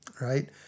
right